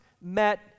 met